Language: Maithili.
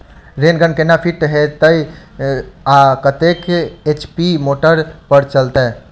रेन गन केना फिट हेतइ आ कतेक एच.पी मोटर पर चलतै?